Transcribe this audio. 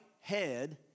head